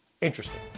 interesting